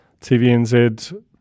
tvnz